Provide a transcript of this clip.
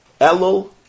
Elul